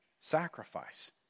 sacrifice